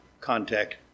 contact